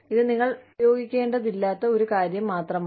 ഇത് നിങ്ങൾ ഉപയോഗിക്കേണ്ടതില്ലാത്ത ഒരു കാര്യം മാത്രമാണ്